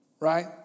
right